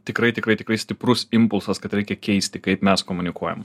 tikrai tikrai tikrai stiprus impulsas kad reikia keisti kaip mes komunikuojam